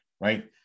right